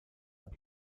это